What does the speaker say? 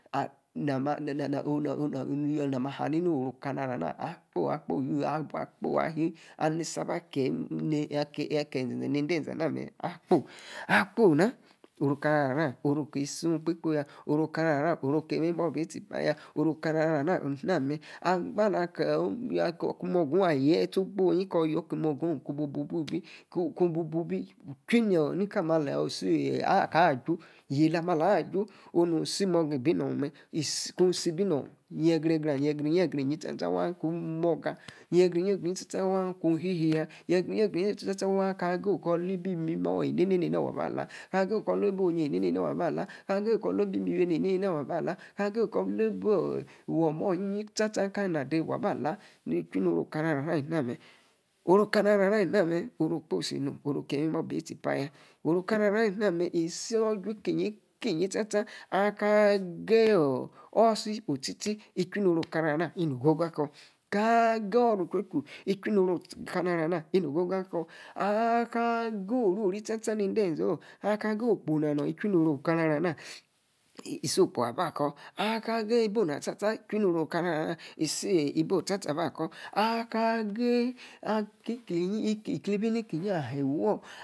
Na ma na na na onu onu onia nama hanini orao' ka na oro ana, onu akposi ali a’ leni saba keyi imzozo ni ezende ana me akposi. Akpoo' na orno kanaro ana orno ki sum kpikpo ya. Omo kona ro ana, oruokiimimo bi sipa ya. omo kana aro ana alisia me, angba ali Kiko imonga ong ayre che ongbony, angba alor kun bubibi chui ni kame ator ayor ki moga ong akaahaja nong yegre wacha isi akaaju, yela ame alaaju oni si moga abi nong me, ku sibi gra, yegringi yegrinyi chawaa. Kun wu moga. Jegriny yegrinyi wa kun shishiya. Yegrinyi yerinya wa, alcah gaye lae imimor eneneina waa, wabah ala. Akah gaye koo lei bo' onyoor eneneina wabala. Akah gaye Koor lee ebi mi' me noor enenei na, waba la. Akah agaye koor lee ebah womoor inyiyi wa cha cha, waba alaj ini oka ama wa cha ali si na me oro'kamaro ama ali siname, oru okposi nom. oru oki imimo bii sipa ya. oru okanaro ama ali sina me iso ju ikinyi wacha cha. Akah ageye oor tehi otchitchi chui noru okanaro ana, inogogo akoor. Akah gaye ora ochuochu itchui noru ocana'ro ana inogogo akoor. orori wa cha cha aaakah gayoor ovori nieisendeor, akaah gayokpo ina hong íchui noru okanaro ana, isi expo aba koor. Aknah gayi’ bi ona cha cha ichui noro kanaro ana isibiona cha cha aba koor. akaah geyi iklibi ni gbibi ni kinyi iwoor